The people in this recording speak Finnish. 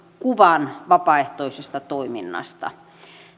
kuvan vapaaehtoisesta toiminnasta